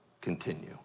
continue